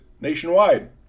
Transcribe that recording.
nationwide